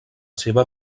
seva